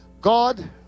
God